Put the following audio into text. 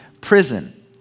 prison